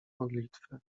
modlitwy